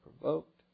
provoked